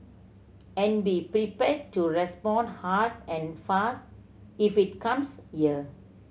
and be prepared to respond hard and fast if it comes here